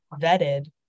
vetted